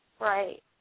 Right